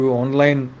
online